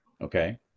Okay